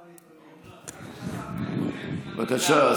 בבקשה.